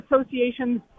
associations